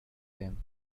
him